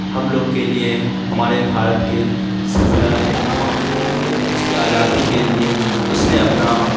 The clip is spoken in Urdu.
ہم لوگ کے لیے ہمارے بھارت کے سارے عوام کے لیے اس کی آزادی کے لیے اس نے اپنا